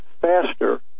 faster